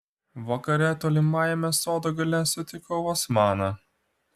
vakare tolimajame sodo gale sutikau osmaną